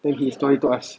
then his story to us